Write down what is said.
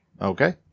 Okay